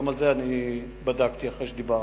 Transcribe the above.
גם את זה אני בדקתי אחרי שדיברנו,